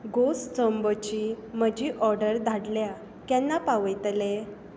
घोंस चोंबोची म्हजी ऑर्डर धाडल्या केन्ना पावयतले